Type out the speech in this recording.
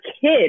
kid